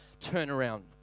turnaround